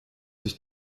sich